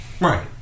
Right